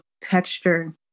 texture